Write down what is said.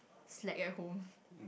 slack at home